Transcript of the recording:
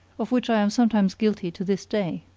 of which i am sometimes guilty to this day.